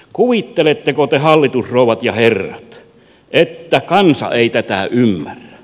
kuvitteletteko te hallitusrouvat ja herrat että kansa ei tätä ymmärrä